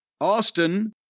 Austin